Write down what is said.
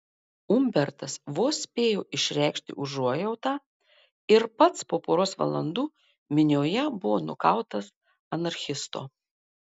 umbertas vos spėjo išreikšti užuojautą ir pats po poros valandų minioje buvo nukautas anarchisto